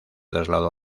trasladó